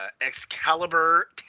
Excalibur